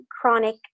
chronic